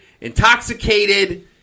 intoxicated